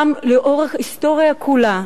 שם לאורך ההיסטוריה כולה